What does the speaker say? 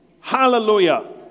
Hallelujah